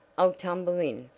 i'll tumble in,